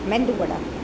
medu vada